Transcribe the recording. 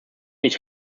nicht